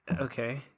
Okay